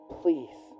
please